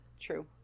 True